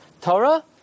Torah